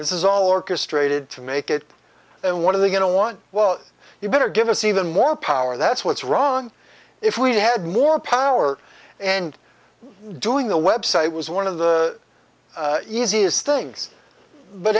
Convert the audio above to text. this is all orchestrated to make it and one of the going to want well you better give us even more power that's what's wrong if we had more power and doing the website was one of the easiest things but